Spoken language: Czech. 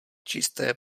čisté